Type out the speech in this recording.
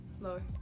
Lower